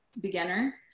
beginner